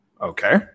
Okay